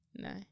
No